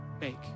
make